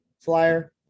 flyer